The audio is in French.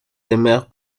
demeure